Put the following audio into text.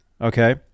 Okay